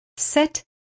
Set